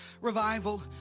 revival